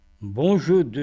Bonjour